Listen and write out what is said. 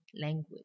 language